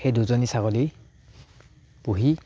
সেই দুজনী ছাগলী পুহি